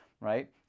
right